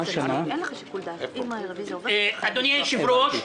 אדוני היושב-ראש,